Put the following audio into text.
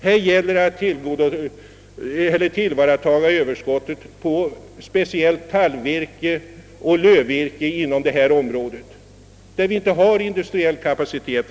Här gäller det att tillvarata överskottet av speciellt talloch lövvirke inom detta område, där vi nu inte har tillräcklig industriell kapacitet.